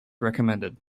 recommended